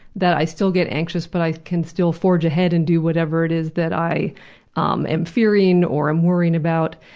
that i still get anxious but i can still forge ahead and do whatever it is that i um am fearing or am worrying about.